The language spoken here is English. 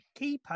keypad